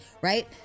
right